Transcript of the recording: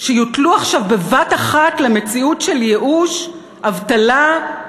שיוטלו עכשיו בבת-אחת למציאות של ייאוש, אבטלה,